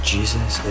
Jesus